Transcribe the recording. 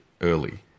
early